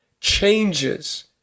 changes